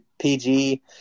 PG